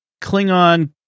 klingon